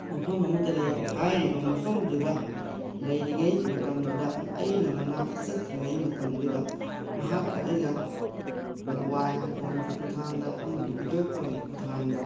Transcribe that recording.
ꯃꯐꯝ ꯑꯃꯗ ꯂꯩ ꯍꯥꯏꯔꯤꯕ ꯃꯐꯝ ꯗꯨꯗ ꯂꯩꯔꯤꯉꯩ ꯃꯇꯝꯗꯨꯗ ꯑꯩꯅ ꯃꯅꯥꯛꯇ ꯆꯠꯇ꯭ꯔꯤꯉꯩ ꯃꯇꯝꯗꯨꯗ ꯃꯍꯥꯛꯀ ꯑꯩꯒ ꯃꯣꯕꯥꯏꯜ ꯐꯣꯟꯒꯤ ꯈꯨꯊꯥꯡꯗ ꯑꯃꯗꯤ ꯕꯤꯗꯤꯌꯣ ꯀꯣꯜꯒꯤ ꯈꯨꯊꯥꯡꯗ